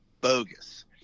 bogus